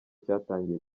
cyatangiye